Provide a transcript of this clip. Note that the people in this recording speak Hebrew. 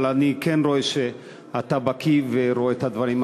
אבל אני כן רואה שאתה בקי ורואה את הדברים.